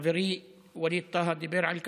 חברי ווליד טאהא דיבר על כך.